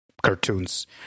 cartoons